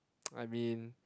I mean